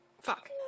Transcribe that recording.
Fuck